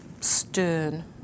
stern